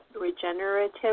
regenerative